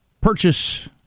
purchase